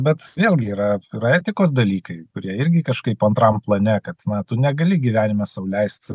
bet vėlgi yra yra etikos dalykai kurie irgi kažkaip antram plane kad na tu negali gyvenime sau leist